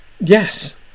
Yes